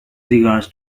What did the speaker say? regards